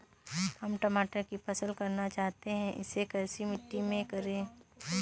हम टमाटर की फसल करना चाहते हैं इसे कैसी मिट्टी में करें?